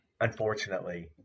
unfortunately